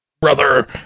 Brother